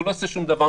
הוא לא עושה שום דבר,